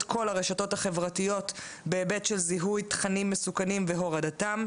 כל הרשתות החברתיות בהיבט של זיהוי תכנים מסוכנים והורדתם,